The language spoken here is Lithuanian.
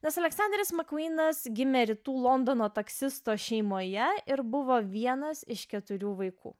nes aleksanderis makvynas gimė rytų londono taksisto šeimoje ir buvo vienas iš keturių vaikų